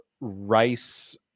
rice